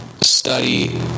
study